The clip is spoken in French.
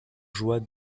joies